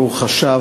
ברוך השב,